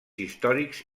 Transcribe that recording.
històrics